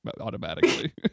automatically